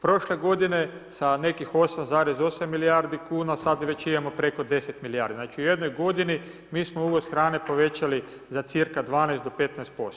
Prošle godine sa nekih 8,8 milijardi kuna, sad već imamo preko 10 milijardi, znači u jednog godini mi smo uvoz hrane povećali za cca 12 do 15%